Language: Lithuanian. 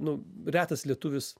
nu retas lietuvis